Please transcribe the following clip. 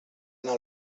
anar